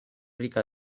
rica